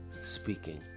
speaking